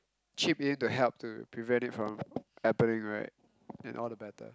chip in to help to prevent it from happening right then all the better